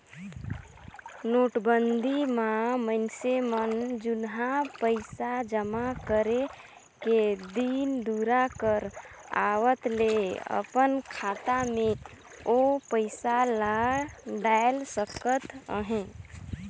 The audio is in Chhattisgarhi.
नोटबंदी म मइनसे मन जुनहा पइसा जमा करे के दिन दुरा कर आवत ले अपन खाता में ओ पइसा ल डाएल सकत अहे